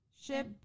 Ship